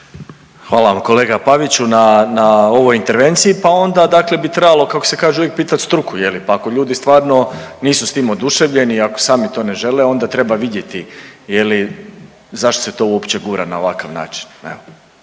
Hvala vam kolega Paviću, na, na ovoj intervenciji, pa onda dakle bi trebalo kako se kaže uvijek pitati struku je li, pa ako ljudi stvarno nisu s tim oduševljeni, ako sami to ne žele onda treba vidjeti je li zašto se to uopće gura na ovakav način.